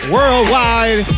Worldwide